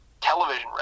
Television